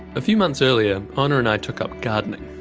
a few months earlier, honor and i took up gardening,